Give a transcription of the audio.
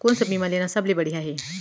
कोन स बीमा लेना सबले बढ़िया हे?